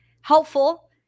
helpful